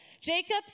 Jacob's